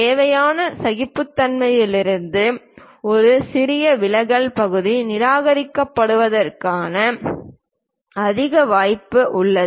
தேவையான சகிப்புத்தன்மையிலிருந்து ஒரு சிறிய விலகல் பகுதி நிராகரிக்கப்படுவதற்கான அதிக வாய்ப்பு உள்ளது